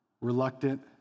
Reluctant